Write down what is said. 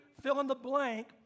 fill-in-the-blank